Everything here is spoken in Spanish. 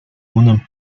unen